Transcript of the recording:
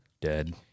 dead